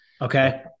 Okay